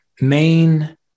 main